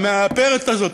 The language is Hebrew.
המאפרת הזאת,